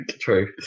True